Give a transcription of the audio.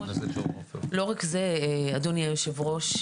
לא רק זה, אדוני היו"ר.